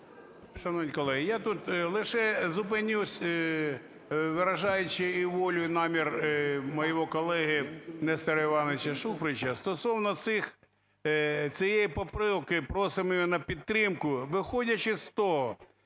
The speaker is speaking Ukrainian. Шановні колеги, я тут лише зупинюсь, виражаючи і волю, і намір мого колеги Нестора Івановича Шуфрича, стосовно цієї поправки. Просимо її на підтримку. Виходячи з того,